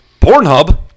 Pornhub